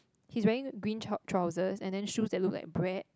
he's wearing green trou~ trousers and then shoes that look like bread